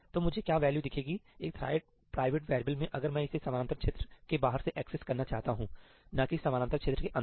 तो मुझे क्या वैल्यू दिखेगी एक थ्रेड प्राइवेट वैरिएबल में अगर मैं इसे समानांतर क्षेत्र के बाहर से एक्सेस करना चाहता हूं ना कि समानांतर क्षेत्र के अंदर से